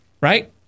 right